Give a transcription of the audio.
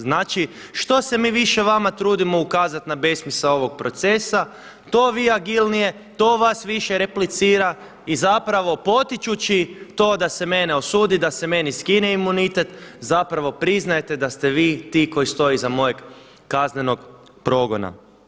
Znači, što se mi više vama trudimo ukazati na besmisao ovog procesa, to vi agilnije, to vas više replicira i zapravo potičući to da se mene osudi, da se meni skine imunitet, zapravo priznajete da ste vi ti koji stojite iza mojeg kaznenog progona.